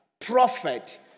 prophet